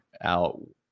out